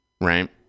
right